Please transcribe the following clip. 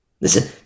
Listen